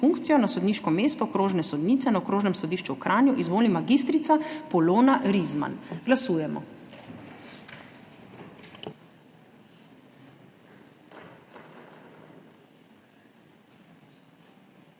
na sodniško mesto okrožne sodnice na Okrožnem sodišču v Kranju izvoli mag. Polona Rizman. Glasujemo.